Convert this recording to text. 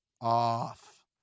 off